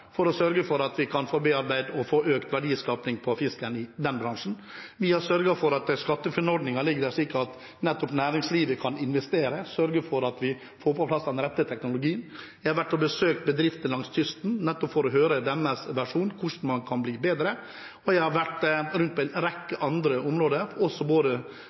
for å sørge for at vi kan få bearbeidet og økt verdiskapingen på fisken i den bransjen. Vi har sørget for at SkatteFUNN-ordningen ligger der, slik at næringslivet kan investere og sørge for at vi får på plass den rette teknologien. Jeg har vært og besøkt bedrifter langs kysten for å få høre deres versjon om hvordan man kan bli bedre, og jeg har vært på en rekke andre områder